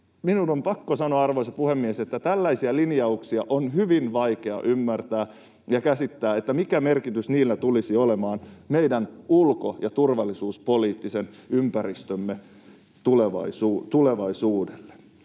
Minun on pakko sanoa, arvoisa puhemies, että tällaisia linjauksia on hyvin vaikea ymmärtää ja käsittää, mikä merkitys niillä tulisi olemaan meidän ulko‑ ja turvallisuuspoliittisen ympäristömme tulevaisuudelle.